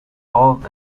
old